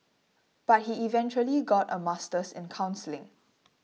but he eventually got a master's in counselling